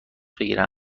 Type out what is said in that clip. بگیرم